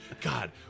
God